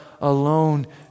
alone